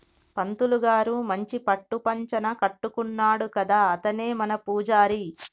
పంతులు గారు మంచి పట్టు పంచన కట్టుకున్నాడు కదా అతనే మన పూజారి